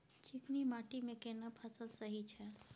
चिकनी माटी मे केना फसल सही छै?